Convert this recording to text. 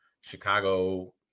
Chicago